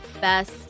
best